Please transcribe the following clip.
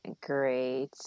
great